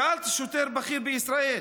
שאלתי שוטר בכיר בישראל,